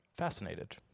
fascinated